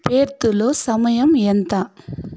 పేర్త్లో సమయం ఎంత